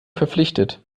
verpflichtet